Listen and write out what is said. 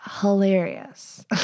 Hilarious